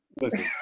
listen